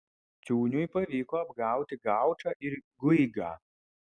ciūniui pavyko apgauti gaučą ir guigą